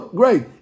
great